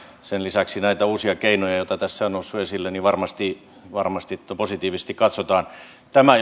sen lisäksi näitä uusia keinoja joita tässä on noussut esille varmasti varmasti positiivisesti katsotaan tämä